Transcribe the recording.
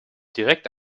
direkt